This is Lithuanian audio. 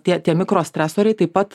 tie tie mikrostresoriai taip pat